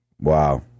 wow